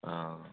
हां हां